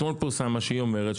אתמול פורסם מה שהיא אומרת,